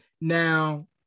Now